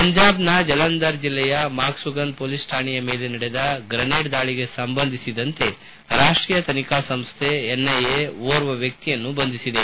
ಪಂಜಾಬ್ನ ಜಲಂಧರ್ ಜಿಲ್ಲೆಯ ಮಾಕ್ಸುಗನ್ ಪೊಲೀಸ್ ಕಾಣೆಯ ಮೇಲೆ ನಡೆದ ಗ್ರನೇಡ್ ದಾಳಗೆ ಸಂಬಂಧಿಸಿದಂತೆ ರಾಷ್ಟೀಯ ತನಿಖಾ ಸಂಸ್ಕೆ ಎನ್ಐಎ ಓರ್ವ ವ್ಯಕ್ಷಿಯನ್ನು ಬಂಧಿಸಿದೆ